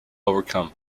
overcome